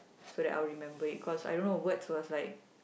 so that I'll remember it cause I don't know words was like